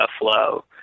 flow